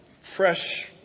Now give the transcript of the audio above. fresh